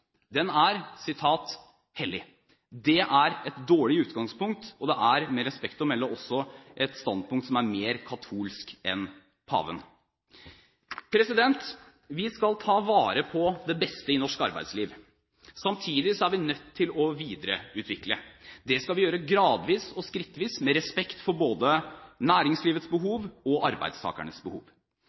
Den er «hellig». Det er et dårlig utgangspunkt, og det er med respekt å melde også et standpunkt som er mer katolsk enn paven. Vi skal ta vare på det beste i norsk arbeidsliv. Samtidig er vi nødt til å videreutvikle. Det skal vi gjøre gradvis og skrittvis med respekt for både næringslivets behov og arbeidstakernes behov.